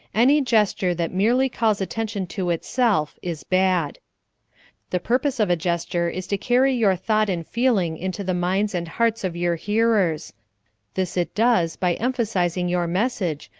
any gesture that merely calls attention to itself is bad the purpose of a gesture is to carry your thought and feeling into the minds and hearts of your hearers this it does by emphasizing your message,